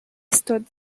stood